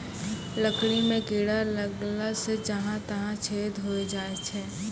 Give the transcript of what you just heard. लकड़ी म कीड़ा लगला सें जहां तहां छेद होय जाय छै